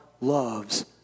loves